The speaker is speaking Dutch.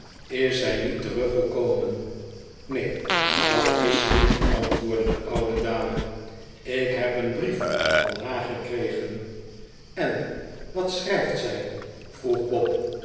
is zij niet teruggekomen neen dat is ze niet antwoordde de oude dame ik heb een brief van haar gekregen en wat schrijft zij vroeg bob